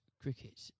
cricket